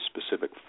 specific